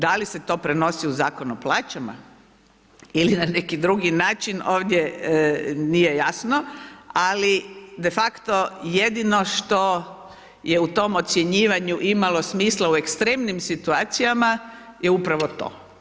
Da li se to prenosi u Zakon o plaćama ili na neki drugi način, ovdje nije jasno, ali de facto, jedino što je u tom ocjenjivanju imalo smisla u ekstremnim situacijama je upravo to.